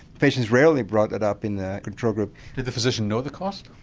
patients rarely brought that up in the control group. did the physician know the cost?